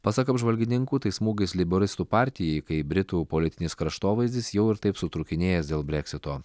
pasak apžvalgininkų tai smūgis leiboristų partijai kai britų politinis kraštovaizdis jau ir taip sutrūkinėjęs dėl breksito